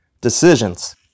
decisions